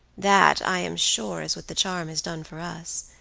that i am sure is what the charm has done for us.